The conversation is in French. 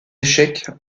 échecs